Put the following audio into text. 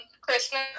Christmas